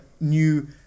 new